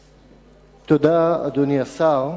תודה, אדוני השר.